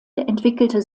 entwickelte